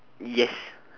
yes